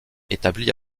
établi